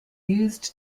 used